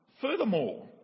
Furthermore